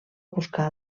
buscar